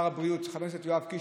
הבריאות יואב קיש,